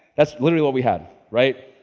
that's literally what we had right,